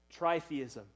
tritheism